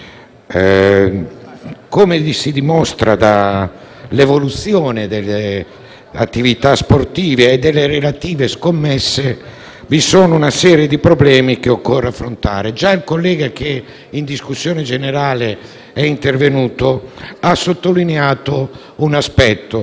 Come dimostrato dall'evoluzione delle attività sportive e delle relative scommesse, vi è una serie di problemi che occorre affrontare. Già il collega che è intervenuto in discussione generale ha sottolineato un aspetto,